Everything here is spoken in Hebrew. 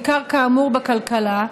בעיקר כאמור בכלכלה,